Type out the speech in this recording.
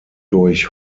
durch